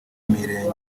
mirenge